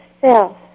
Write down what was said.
self